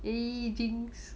eh jinx